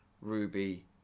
Ruby